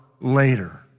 later